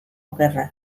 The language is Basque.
gerra